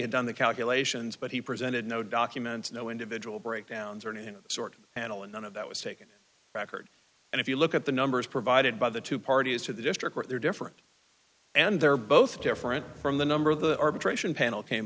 had done the calculations but he presented no documents no individual breakdowns or any sort annele and none of that was taken record and if you look at the numbers provided by the two parties to the district where they're different and they're both different from the number of the arbitration panel came